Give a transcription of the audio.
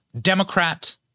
Democrat